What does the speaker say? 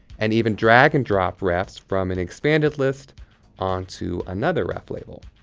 and even drag and drop refs from an expanded list onto another ref label.